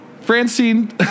Francine